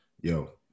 yo